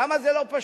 כמה זה לא פשוט.